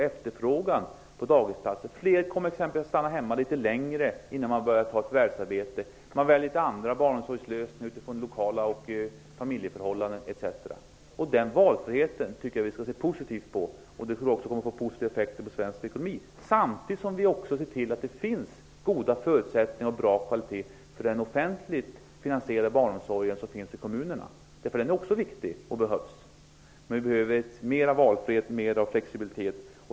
Efterfrågan på dagisplatser minskar. Fler kommer att stanna hemma längre innan de påbörjar ett förvärvsarbete. De väljer andra lösningar för barnomsorgen med utgångspunkt i lokala förhållanden osv. Jag tycker att vi skall se positivt på den valfriheten, och den kommer att få positiva effekter på svensk ekonomi. Samtidigt ser vi till att det finns goda förutsättningar och bra kvalitet för den offentligt finansierade barnomsorgen i kommunerna. Den är också viktig och behövs. Vi behöver mera av valfrihet och flexibilitet.